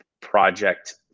project